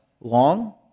long